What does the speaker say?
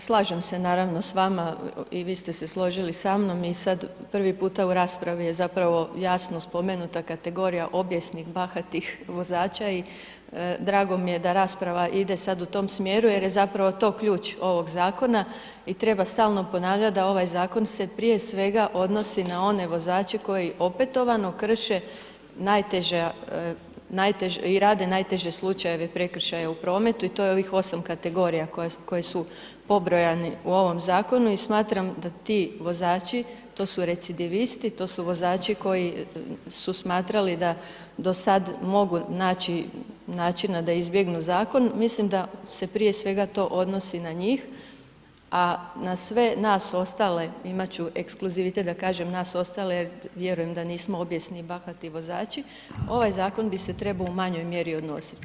Pa slažem se naravno s vama i vi ste se složili sa mnom i sad prvi puta u raspravi je zapravo jasno spomenuta kategorija obijesnih, bahatih vozača i drago mi je da rasprava ide sad u tom smjeru jer je zapravo to ključ ovog zakona i treba stalno ponavljat da ovaj zakon se prije svega odnosi na one vozače koji opetovano krše najteža i rade najteže slučajeve prekršaja u prometu i to je ovih 8 kategorija koje su pobrojani u ovom zakonu i smatram da ti vozači, to su recidivisti, to su vozači koji su smatrali da do sad mogu naći načina da izbjegnu zakon, mislim da se prije svega to odnosi na njih, a na sve nas ostale imat ću ekskluzivitet da kažem nas ostale jer vjerujem da nismo obijesni i bahati vozači, ovaj zakon bi se trebao u manjoj mjeri odnosit.